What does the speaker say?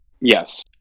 Yes